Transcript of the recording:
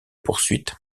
poursuite